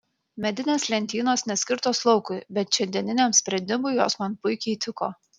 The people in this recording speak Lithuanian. medinės lentynos neskirtos laukui bet šiandieniniam sprendimui jos man puikiai tiko